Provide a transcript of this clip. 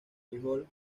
frijol